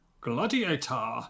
Gladiator